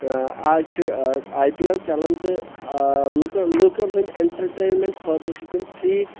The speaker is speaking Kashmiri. آ اَز چھُ آیۍ پی ایل چلان تہٕ لُکَن لوٗکَن ہٕنٛدۍ ایٚنٹَرٹینمینٛٹ خٲطرٕ چھِ تِم فری